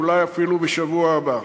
אולי אפילו בשבוע הבא.